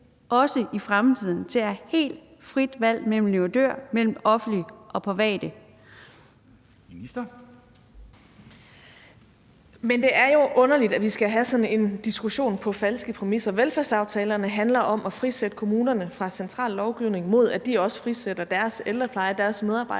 Dam Kristensen): Ministeren. Kl. 13:31 Social- og ældreministeren (Astrid Krag): Men det er jo underligt, at vi skal have sådan en diskussion på falske præmisser. Velfærdsaftalerne handler om at frisætte kommunerne fra central lovgivning, mod at de også frisætter deres ældrepleje og deres medarbejdere